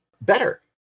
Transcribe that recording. better